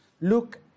Look